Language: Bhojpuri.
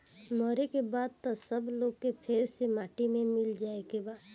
मरे के बाद त सब लोग के फेर से माटी मे मिल जाए के बा